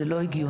זה לא הגיוני.